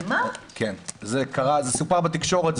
זה סופר בתקשורת,